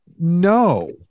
no